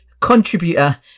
contributor